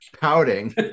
pouting